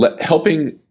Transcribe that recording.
helping